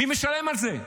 מי משלם על זה?